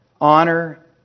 honor